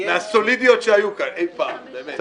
מהסולידיות שהיו כאן אי פעם.